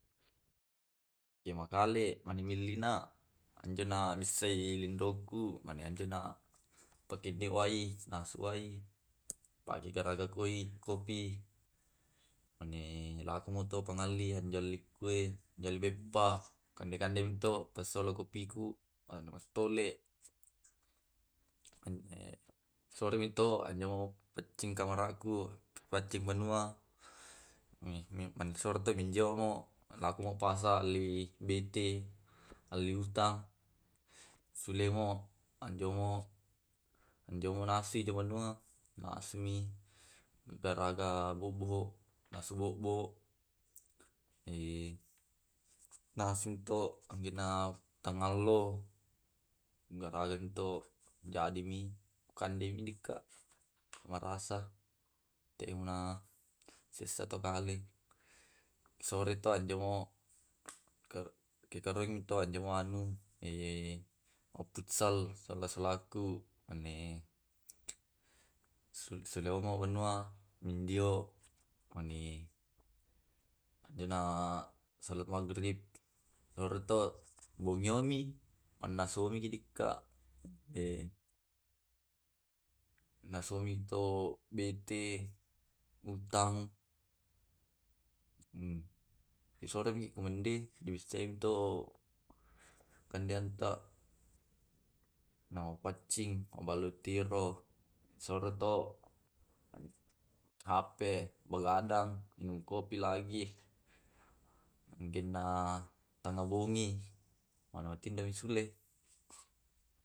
Aje makale ellinna njo nabissai lindroku napakedde wae. Nasu wae pada darakoi kopi, lakumi njoe penjual beppa, kaddemito tassore kopiku lakumi to pangalli penjual beppa. Kande kande to tassala kopiku, tole. Soremi to anyoimi paccingi kamaraku, paccing banua upasoroi njoe pajongo. Mupasallai bete. elli uta, elli sulemo njomo nasi dibanua itumi geraga bo'bo. Nasu to angkenna tongallo. garaga to jadimi, keddemika marasa. Ena sessa to kale sore to ajjamo. kitaroanmi to ajjamoe anu mafutsal sibawaku. sidiomo mendua mindio ajena sholat magrib atau bungyomi, mannasuimika. Nasuimito bete, utang isorekemendi dibissaimi tu kandeatta namapaccing mabalu tiro purato main hp. Baru minum kopi lagi angkenna tanga boni kenna wisulle.